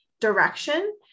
direction